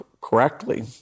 correctly